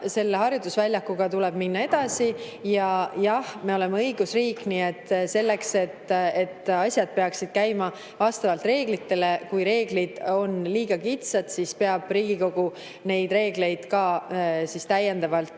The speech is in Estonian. selle harjutusväljaga tuleb minna edasi, ja jah, me oleme õigusriik, nii et asjad peaksid käima vastavalt reeglitele. Kui reeglid on liiga kitsad, siis peab Riigikogu neid reegleid täiendama